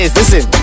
listen